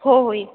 हो होईल